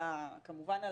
כמובן,